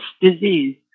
disease